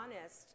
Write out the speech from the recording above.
honest